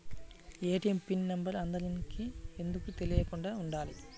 ATM pin number అందరికి ఎందుకు తెలియకుండా ఉండాలి?